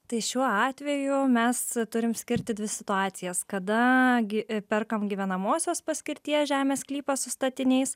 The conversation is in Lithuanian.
tai šiuo atveju mes turim skirti dvi situacijas kada gi perkam gyvenamosios paskirties žemės sklypą su statiniais